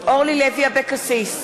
אורלי לוי אבקסיס,